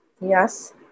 Yes